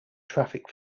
traffic